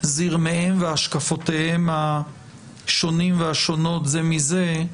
זרמיהם והשקפותיהם השונים והשונות זה מזה,